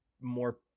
more